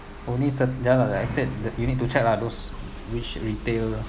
only certain ya ya like I said that you need to check lah those which retail